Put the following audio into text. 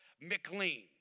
McLean